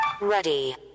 Ready